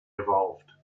evolved